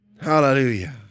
Hallelujah